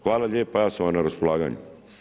Hvala lijepa, ja sam vam na raspolaganju.